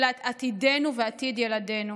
אלא את עתידנו ועתיד ילדינו,